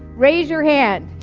raise your hand.